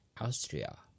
Austria